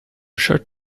short